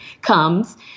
comes